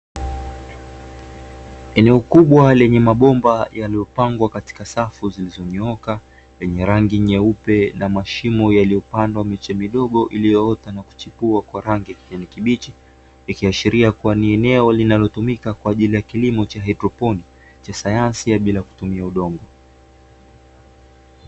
Eneo kubwa lenye mabomba yaliyopangwa katika safu zilizonyooka, zenye rangi nyeupe na mashimo yaliyopandwa miche midogo iliyoota na kuchipua kwa rangi ya kibichi, ikiashiria kuwa ni eneo linalotumika kwa ajili ya kilimo cha haidroponi cha sayansi ya bila kutumia udongo.